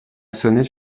sonnette